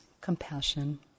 compassion